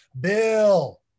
Bill